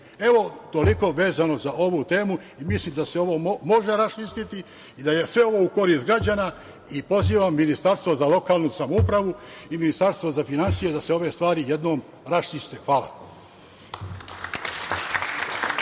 platili. Toliko, vezano za ovu temu i mislim da se ovo može raščistiti i da je sve ovo u korist građana i pozivam Ministarstvo za lokalnu samoupravu i Ministarstvo za finansije, da se ove stvari jednom raščiste. Hvala.